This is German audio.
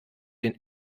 den